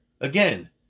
Again